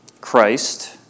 Christ